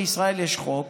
בישראל יש חוק,